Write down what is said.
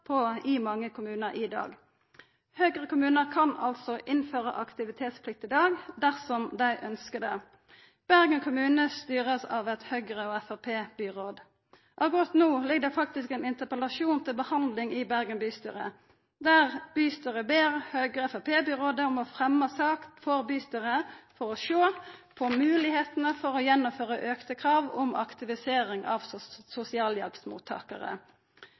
grad i mange kommunar i dag. Høgre-kommunar kan altså innføra aktivitetsplikt i dag dersom dei ønskjer det. Bergen kommune blir styrt av eit Høgre- og Framstegsparti-byråd. Akkurat no ligg det faktisk ein interpellasjon til behandling i Bergen bystyre, der bystyret ber Høgre- og Framstegsparti-byrådet om å fremja ei sak for bystyret for å sjå på moglegheitene for å gjennomføra auka krav om aktivisering av sosialhjelpsmottakarar.